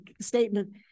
statement